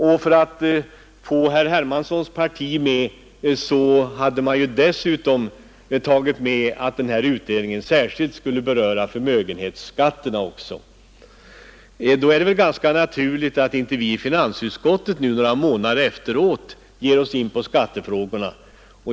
Och för att få herr Hermanssons parti med er hade Ni ju dessutom tagit in ett krav att utredningen särskilt skulle beröra förmögenhetsskatterna också. Då är det väl ganska naturligt att inte vi i finansutskottet nu, några månader efteråt, ger oss in på skattefrågorna.